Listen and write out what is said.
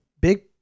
big